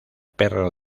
perro